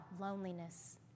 loneliness